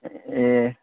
ए